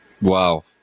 Wow